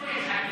איפה יש עתיד?